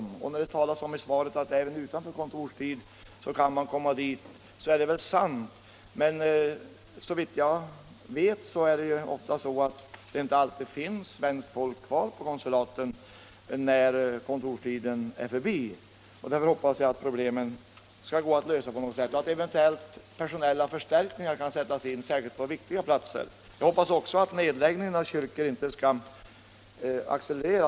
Vad gäller beskedet i utrikesministerns svar att man kan vända sig till konsulaten även utanför vanlig kontorstid är väl detta sant, men såvitt jag vet är det ofta så att det finns svenskt folk på konsulaten bara under kontorstid. Därför hoppas jag att problemen skall kunna lösas på något sätt, eventuellt genom att personella förstärkningar sätts in, särskilt på viktiga platser. Jag hoppas också att nedläggningen av sjömanskyrkor inte skall accelerera.